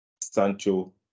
Sancho